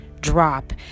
drop